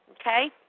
Okay